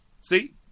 See